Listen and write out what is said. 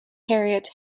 harriet